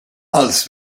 als